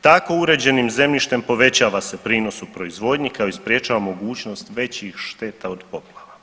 Tako uređenim zemljištem povećava se prinos u proizvodnji kao i sprječava mogućnost većih šteta od poplava.